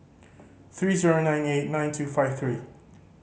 three zero nine eight nine two five three